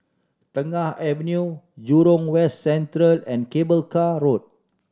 Tengah Avenue Jurong West Central and Cable Car Road